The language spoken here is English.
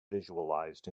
visualized